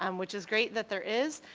um which is great that there is,